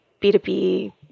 B2B